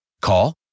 Call